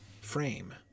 frame